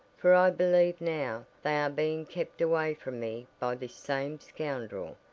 for i believe now they are being kept away from me by this same scoundrel,